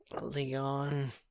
leon